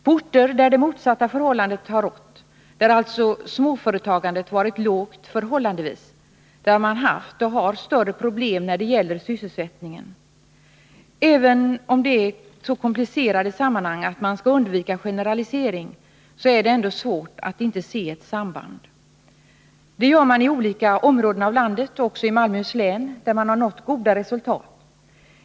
På orter där det motsatta förhållandet har rått — där alltså småföretagandet har varit förhållandevis lågt — har man haft och har större problem när det gäller sysselsättningen. Även om detta är så komplicerade sammanhang att man skall undvika generalisering, är det svårt att inte se sambandet. Det gör man i olika delar av landet, också i Malmöhus län, där man har nått goda resultat.